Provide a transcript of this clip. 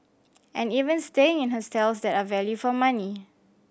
and even staying in hostels that are value for money